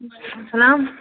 وَعلیکُم اَسَلام